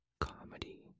comedy